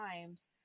times